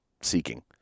seeking